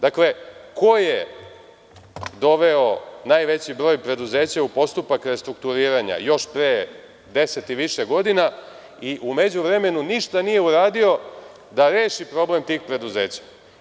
Dakle, ko je doveo najveći broj preduzeća u postupak restrukturiranja još pre 10 i više godina i u međuvremenu ništa nije uradio da reši problem tih preduzeća?